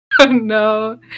No